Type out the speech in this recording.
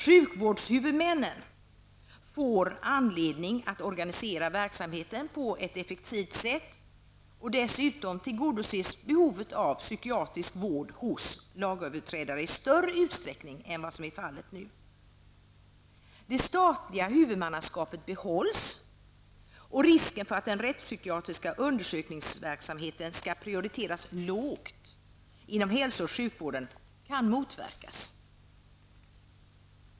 Sjukvårdshuvudmännen får anledning att organisera verksamheten på ett effektivt sätt, och dessutom tillgodoses behovet av psykiatrisk vård hos lagöverträdare i större utsträckning än vad som är fallet nu. Det statliga huvudmannaskapet behålls, och risken för att den rättspsykiatriska undersökningsverksamheten skall prioriteras lågt inom hälso och sjukvården kan motverkas.